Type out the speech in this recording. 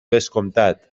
vescomtat